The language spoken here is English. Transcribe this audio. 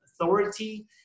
authority